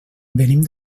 venim